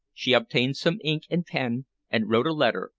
she obtained some ink and pen and wrote a letter,